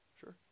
Sure